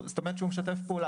זאת אומרת שהוא משתף פעולה.